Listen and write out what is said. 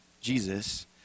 Jesus